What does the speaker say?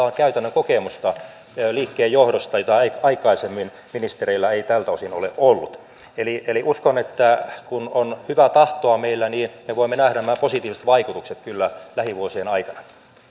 on käytännön kokemusta liikkeenjohdosta jota aikaisemmin ministereillä ei tältä osin ole ollut uskon että kun on hyvää tahtoa meillä niin me voimme nähdä nämä positiiviset vaikutukset kyllä lähivuosien aikana